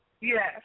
Yes